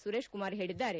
ಸುರೇಶ್ ಕುಮಾರ್ ಹೇಳಿದ್ದಾರೆ